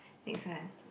next one